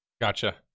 Gotcha